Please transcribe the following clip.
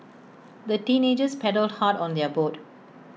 the teenagers paddled hard on their boat